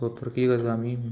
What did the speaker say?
तो पुरकी करता आमी